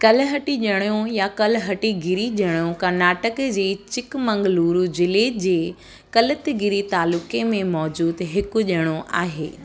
कलहटी ॼंर्णो या कलहट्टीगिरी ॼर्णो कर्नाटक जे चिकमंगलूरु ज़िले जे कल्लतगिरी तालुक़े में मौजूदु हिकु ॼर्णो आहे